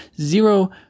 zero